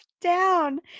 Down